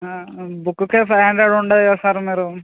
బుక్కే five hundred ఉండదు కదా sir మీరు